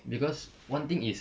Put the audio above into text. cause one thing is